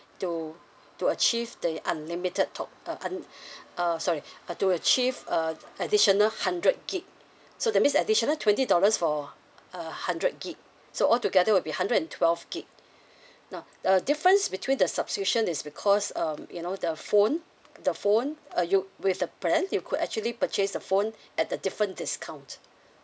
to to achieve the unlimited talk uh un~ uh sorry uh to achieve uh additional hundred gig so that means additional twenty dollars for a hundred gig so altogether would be hundred and twelve gig now uh difference between the subscription is because um you know the phone the phone uh you with the plan you could actually purchase the phone at a different discount